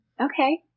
Okay